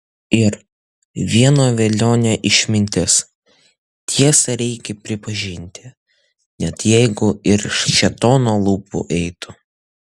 ir vieno velionio išmintis tiesą reikia pripažinti net jeigu ir iš šėtono lūpų eitų